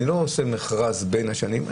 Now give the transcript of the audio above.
אני לא עושה מכרז בין השנים.